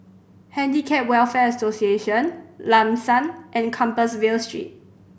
Handicap Welfare Association Lam San and Compassvale Street